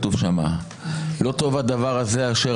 לא מתנהל פה שיח.